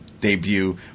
debut